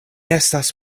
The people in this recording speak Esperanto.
estas